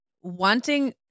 wanting